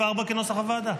4 כנוסח הוועדה.